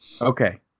Okay